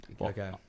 okay